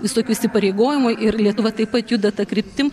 visokių įsipareigojimų ir lietuva taip pat juda ta kryptim